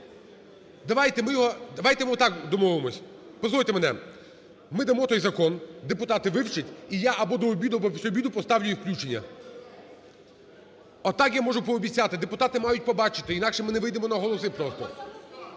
Давайте ми так домовимось. Послухайте мене. Ми дамо той закон, депутати вивчать і я або до обіду або після обіду поставлю їх включення. Отак я можу пообіцяти. Депутати мають побачити, інакше ми не вийдемо на голоси просто.